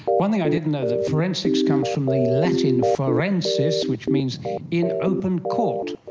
one thing i didn't know, that forensics comes from the latin forensis which means in open court,